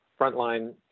frontline